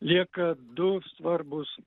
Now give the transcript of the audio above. lieka du svarbūs